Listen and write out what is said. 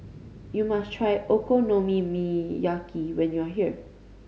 you must try Okonomiyaki when you are here